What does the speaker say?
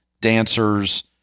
dancers